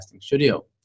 studio